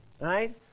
Right